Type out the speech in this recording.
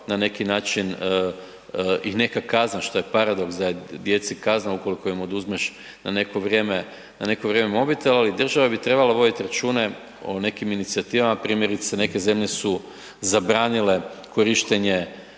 na neki način i neka kazna, što je paradoks, da je djeci kazna, ukoliko im oduzmeš na neko vrijeme mobitel, ali država bi trebala voditi račune o nekim inicijativama, primjerice, neke zemlje su zabranile korištenje